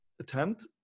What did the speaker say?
attempt